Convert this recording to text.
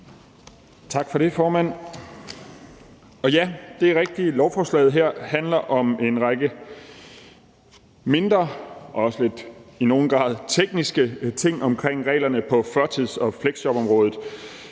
Tak for det, formand. Det er rigtigt, at lovforslaget her handler om en række mindre og også i nogen grad tekniske ting omkring reglerne på førtids- og fleksjobområdet,